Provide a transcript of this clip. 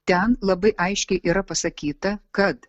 ten labai aiškiai yra pasakyta kad